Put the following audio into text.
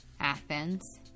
Athens